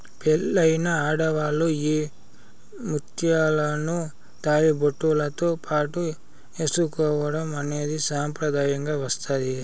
పెళ్ళైన ఆడవాళ్ళు ఈ ముత్యాలను తాళిబొట్టుతో పాటు ఏసుకోవడం అనేది సాంప్రదాయంగా వస్తాంది